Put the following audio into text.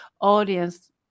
audience